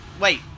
Wait